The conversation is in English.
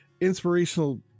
inspirational